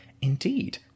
Indeed